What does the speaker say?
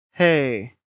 Hey